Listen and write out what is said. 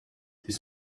this